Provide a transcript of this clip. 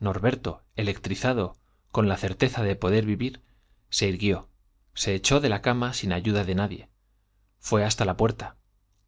norberto electrizado con la certeza de poder vivir se irguió se echó de la cama sin ayuda de nadie fué le hasta la puerta